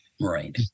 Right